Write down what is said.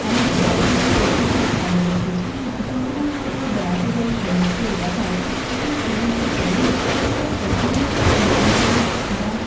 আমি সার্ফিং করতে খুব ভালোবাসি যখন আমি কোথাও বেড়াতে যাই সমুদ্র এলাকায় তখন সমুদ্রে গেলে আমার প্রথমেই মনে পড়ে বা